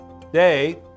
Today